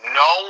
no